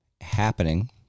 happening